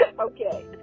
Okay